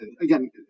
again